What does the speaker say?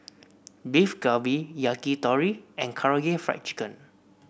Beef Galbi Yakitori and Karaage Fried Chicken